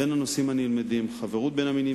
בין הנושאים הנלמדים: חברות בין המינים,